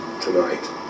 tonight